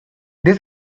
this